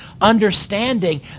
understanding